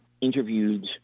interviewed